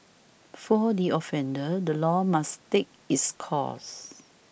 for the offender the law must take its course